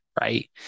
right